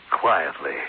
quietly